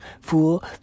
fool